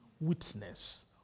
witness